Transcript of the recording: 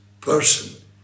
person